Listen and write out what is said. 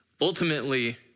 ultimately